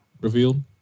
revealed